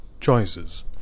choices